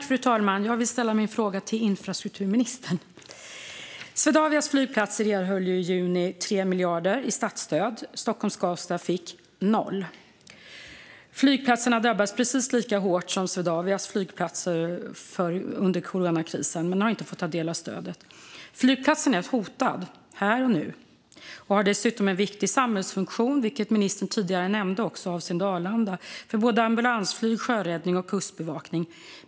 Fru talman! Jag vill ställa min fråga till infrastrukturministern. Swedavias flygplatser erhöll i juni 3 miljarder i statsstöd. Stockholm Skavsta fick noll. Flygplatsen har drabbats precis lika hårt som Swedavias flygplatser under coronakrisen men har inte fått ta del av stödet. Flygplatsen är hotad, här och nu, och har dessutom en viktig samhällsfunktion, vilket ministern tidigare nämnde avseende Arlanda, för ambulansflyg, sjöräddning och kustbevakning.